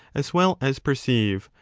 as well as perceive,